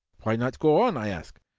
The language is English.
why not go on? i asked.